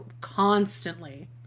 constantly